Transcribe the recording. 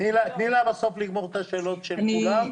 תני לה לגמור את השאלות של כולם.